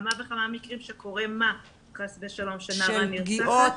כמה וכמה מקרים שקורה מה, חס ושלום שנערה נרצחת?